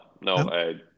no